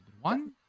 one